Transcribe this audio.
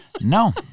no